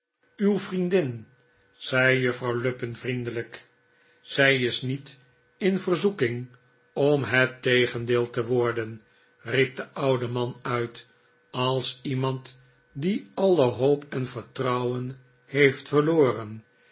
lupin vriendin zei juffrouw lupin vriendelijk zij is niet in verzoeking om het tegendeel te worden riep de oude man uit als iemand die alle hoop en vertrouwen heeft verloren